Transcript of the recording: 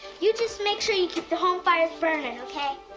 you just make sure you keep the home fires burning, okay?